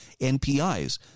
NPIs